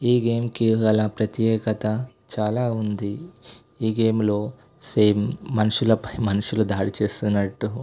ఈ గేమ్కి గల ప్రత్యేకత చాలా ఉంది ఈ గేమ్లో సేమ్ మనుషులపై మనుషులు దాడి చేస్తున్నట్టు